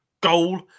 goal